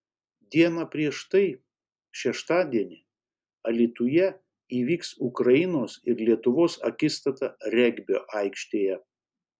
diena prieš tai šeštadienį alytuje įvyks ukrainos ir lietuvos akistata regbio aikštėje